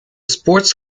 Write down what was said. sports